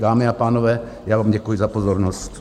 Dámy a pánové, já vám děkuji za pozornost.